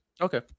Okay